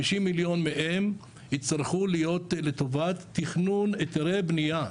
50 מיליון מהם יצטרכו להיות לטובת תכנון היתרי בניה.